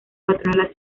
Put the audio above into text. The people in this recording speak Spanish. patrono